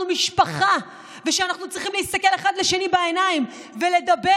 משפחה ושאנחנו צריכים להסתכל אחד לשני בעיניים ולדבר,